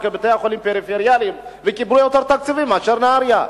כבתי-חולים פריפריאליים והם קיבלו יותר תקציבים מאשר נהרייה?